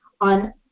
on